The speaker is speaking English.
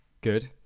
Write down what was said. Good